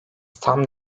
tam